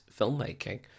filmmaking